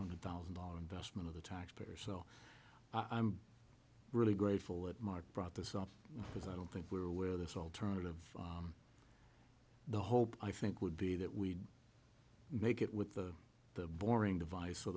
hundred thousand dollars investment of the taxpayer so i'm really grateful that mark brought this up because i don't think we were aware of this alternative the hope i think would be that we'd make it with the boring device so